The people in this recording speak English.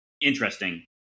interesting